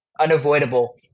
unavoidable